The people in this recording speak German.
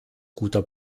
guter